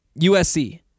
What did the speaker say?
USC